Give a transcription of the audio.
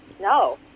No